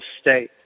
State